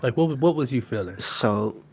like what but what was you feeling? so,